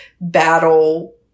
battle